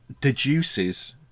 deduces